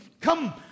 come